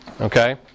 okay